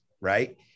right